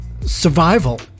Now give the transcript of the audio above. survival